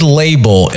label